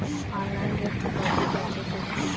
Online ऋण चुकौती कैसे करें?